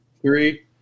three